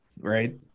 Right